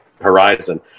horizon